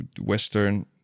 Western